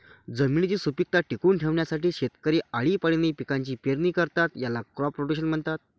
जमिनीची सुपीकता टिकवून ठेवण्यासाठी शेतकरी आळीपाळीने पिकांची पेरणी करतात, याला क्रॉप रोटेशन म्हणतात